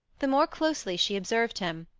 the more closely she observed him,